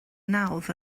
nawdd